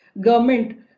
government